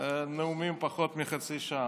נאומים לפחות מחצי שעה.